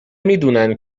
میدونن